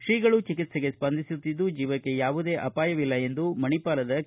ಶ್ರೀಗಳು ಚಿಕಿತ್ಸೆಗೆ ಸ್ಪಂದಿಸುತ್ತಿದ್ದು ಜೀವಕ್ಕೆ ಯಾವುದೇ ಅಪಾಯವಿಲ್ಲ ಎಂದು ಮಣಿಪಾಲದ ಕೆ